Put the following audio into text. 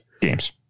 games